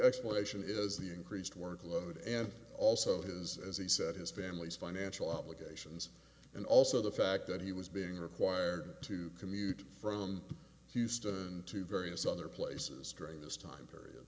explanation is the increased workload and also his as he said his family's financial obligations and also the fact that he was being required to commute from houston to various other places during this time period